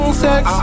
sex